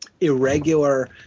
irregular